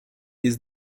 his